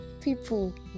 people